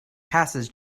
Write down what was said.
passes